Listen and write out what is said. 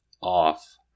off